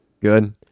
Good